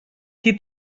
qui